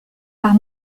par